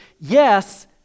yes